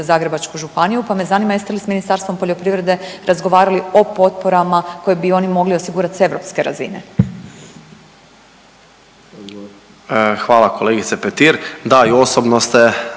Zagrebačku županiju, pa me zanima jeste li s Ministarstvom poljoprivrede razgovarali o potporama koje bi oni mogli osigurat s europske razine? **Sanader, Ante